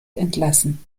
entlassen